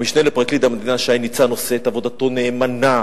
המשנה לפרקליט המדינה שי ניצן עושה את עבודתו נאמנה.